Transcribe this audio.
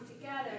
together